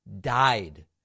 died